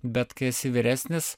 bet kai esi vyresnis